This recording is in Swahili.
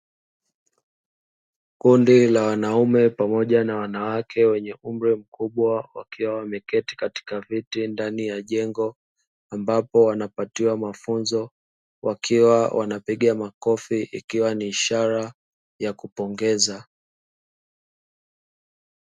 Kundi la wanaume pamoja na wanawake wenye umri mkubwa, wakiwa wameketi katika viti ndani ya jengo ambapo wanapatiwa mafunzo, wakiwa wanapiga makofi ikiwa ni ishara ya kupongeza.